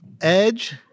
Edge